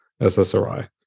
SSRI